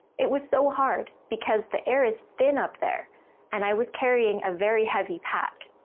it was so hard, because the air is thin up there and i was carrying a very heavy pack.